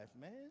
man